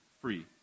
free